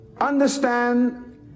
understand